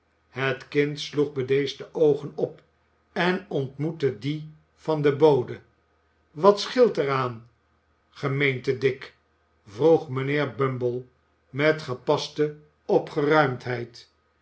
het kind sloeg bedeesd de oogen op en ont i moette die van den bode wat scheelt er aan gemeente dick vroeg mijnheer bumble met gepaste